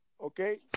Okay